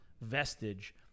vestige